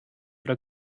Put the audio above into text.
oder